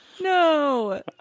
No